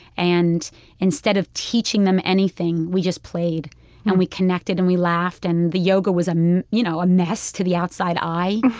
and instead of teaching them anything, we just played and we connected and we laughed and the yoga was, um you know, a mess to the outside eye.